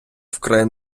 вкрай